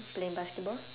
play basketball